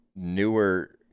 Newer